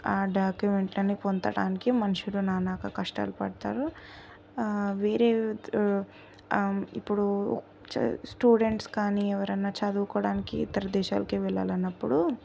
ఆ డాక్యుమెంట్లని పొందటానికి మనుషులు నానాక కష్టాలు పడతారు వేరే ఇప్పుడు స్టూడెంట్స్ కానీ ఎవరైనా చదువుకోవడానికి ఇతర దేశాలకు వెళ్లాలి అన్నప్పుడు